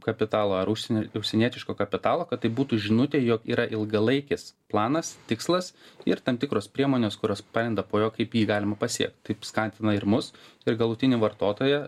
kapitalo ar užsienio užsienietiško kapitalo kad tai būtų žinutė jog yra ilgalaikis planas tikslas ir tam tikros priemonės kurios palenda po juo kaip jį galima pasiekt taip skatina ir mus ir galutinį vartotoją